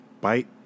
Bite